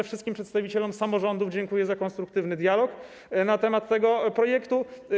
Wszystkim przedstawicielom samorządów dziękuję za konstruktywny dialog na temat tego projektu.